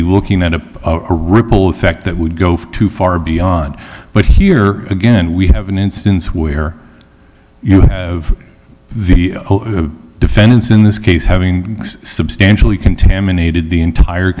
be looking at a ripple effect that would go too far beyond but here again we have an instance where you view a defense in this case having substantially contaminated the entire